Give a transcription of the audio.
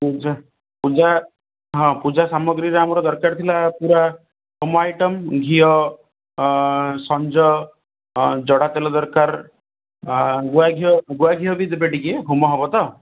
ପୂଜା ପୂଜା ହଁ ପୂଜା ସାମଗ୍ରୀର ଆମର ଦରକାର ଥିଲା ପୁରା ହୋମ ଆଇଟମ୍ ଘିଅ ସଞ୍ଜ ଜଡ଼ା ତେଲ ଦରକାର ଗୁଆ ଘିଅ ଗୁଆ ଘିଅବି ଦେବେ ଟିକେ ହୋମ ହେବ ତ